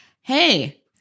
hey